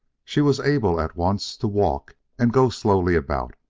she was able at once to walk and go slowly about,